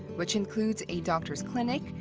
which includes a doctor's clinic,